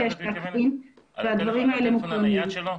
בטלפון הנייד שלו?